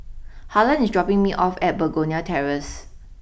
Harlon is dropping me off at Begonia Terrace